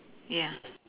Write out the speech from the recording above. yeah